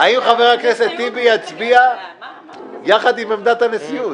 האם חבר הכנסת טיבי יצביע יחד עם עמדת הנשיאות?